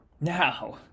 Now